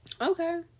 Okay